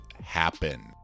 happen